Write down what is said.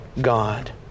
God